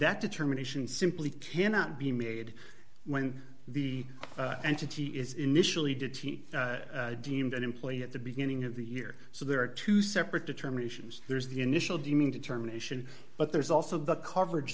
that determination simply cannot be made when the entity is initially did he deemed an employee at the beginning of the year so there are two separate determinations there's the initial dimming determination but there's also the coverage